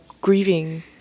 grieving